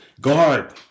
guard